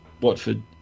Watford